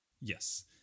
Yes